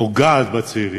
פוגעת בצעירים.